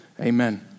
Amen